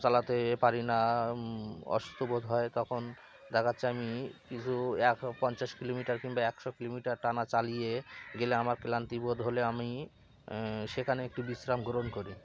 চালাতে পারি না অসুস্থ বোধ হয় তখন দেখাচ্ছে আমি কিছু এক ও পঞ্চাশ কিলোমিটার কিংবা একশো কিলোমিটার টানা চালিয়ে গেলে আমার ক্লান্তিবোধ হলে আমি সেখানে একটু বিশ্রাম গ্রহণ করি